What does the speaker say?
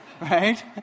right